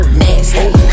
nasty